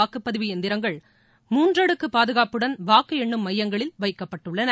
வாக்குப்பதிவு இயந்திரங்கள் மூன்றடுக்கு பாதுகாப்புடன் வாக்கு எண்ணும் மையங்களில் வைக்கப்பட்டுள்ளன